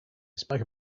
spoke